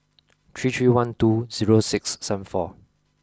three three one two zero six seven four